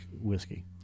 whiskey